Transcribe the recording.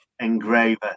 engraver